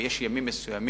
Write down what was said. ויש ימים מסוימים,